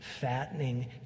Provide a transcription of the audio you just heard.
fattening